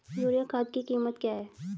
Urea खाद की कीमत क्या है?